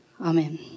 amen